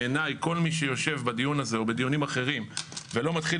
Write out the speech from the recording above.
בעיניי כל מי שיושב בדיון הזה או בדיונים אחרים לא מתחיל